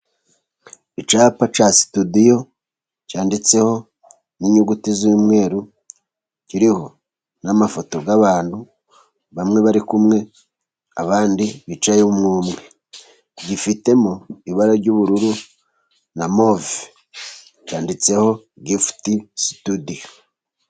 Icyapa cya situdiyo cyanditsweho n'inyuguti z'umweru, kiriho n'amafoto by'abantu bamwe bari kumwe, abandi bicaye umwe umwe gifitemo ibara ry'ubururu na move, cyanditseho gifuti stidiyo.